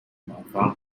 موفق